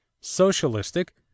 socialistic